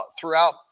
throughout